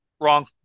Wrong